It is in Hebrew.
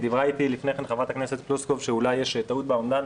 דיברה איתי לפני כן חברת הכנסת פלוסקוב שאולי יש טעות באומדן.